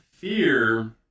Fear